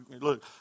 look